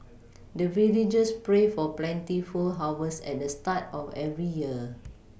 the villagers pray for plentiful harvest at the start of every year